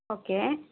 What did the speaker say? okay